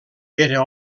era